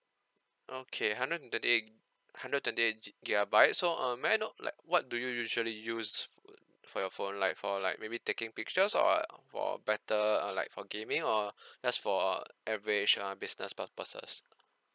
okay hundred and twenty eight hundred and twenty eight gi~ gigabyte so um may I know like what do you usually use f~ for your phone like for like maybe taking pictures or for better uh like for gaming or just for uh average uh business purposes